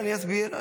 אני אסביר.